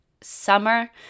summer